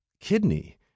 kidney